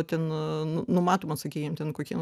ten n numatoma sakykim ten kokie